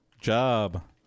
job